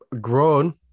grown